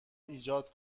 ایجاد